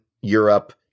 Europe